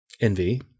Envy